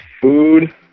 food